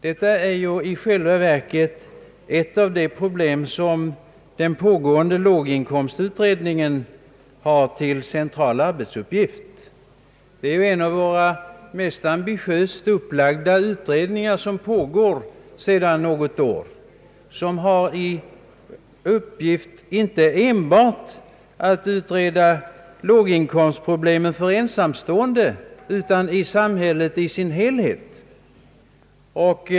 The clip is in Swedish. Detta är i själva verket ett av de problem som den pågående låginkomstutredningen har till central uppgift att behandla. Den är en av våra mest ambitiöst upplagda utredningar och pågår sedan något år. Den har i uppgift att utreda låginkomstproblemen inte enbart för ensamstående utan i samhället som helhet.